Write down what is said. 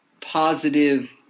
positive